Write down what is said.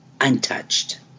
untouched